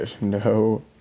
no